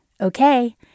Okay